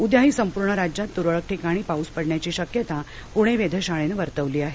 उद्याही संपूर्ण राज्यात तुरळक ठिकाणी पाउस पडण्याची शक्यता पुणे वेधशाळेनं वर्तवली आहे